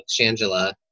Shangela